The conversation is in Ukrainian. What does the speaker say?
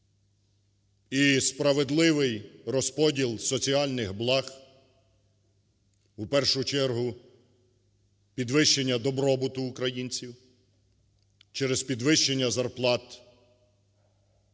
і справедливий розподіл соціальних благ, в першу чергу підвищення добробуту українців через підвищення зарплат.